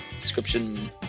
description